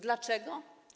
Dlaczego?